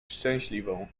szczęśliwą